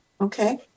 Okay